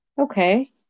Okay